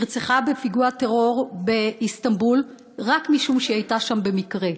שנרצחה בפיגוע טרור באיסטנבול רק משום שהייתה שם במקרה,